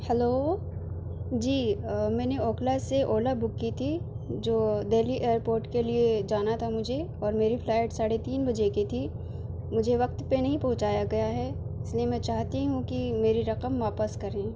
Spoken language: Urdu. ہیلو جی میں نے اوکھلا سے اولہ بک کی تھی جو دہلی ایئرپورٹ کے لیے جانا تھا مجھے اور میری فلائٹ ساڑھے تین بجے کی تھی مجھے وقت پہ نہیں پہنچایا گیا ہے اس لیے میں چاہتی ہوں کہ میری رقم واپس کریں